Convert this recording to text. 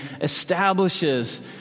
establishes